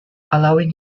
allowing